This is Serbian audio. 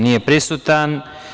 Nije prisutan.